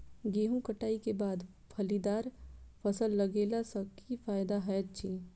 गेंहूँ कटाई केँ बाद फलीदार फसल लगेला सँ की फायदा हएत अछि?